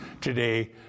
today